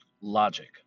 logic